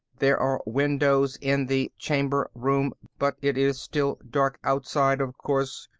there are windows in the chamber room, but it is still dark outside, of course.